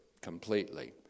completely